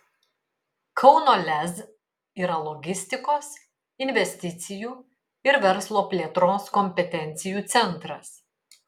kauno lez yra logistikos investicijų ir verslo plėtros kompetencijų centras